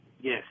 Yes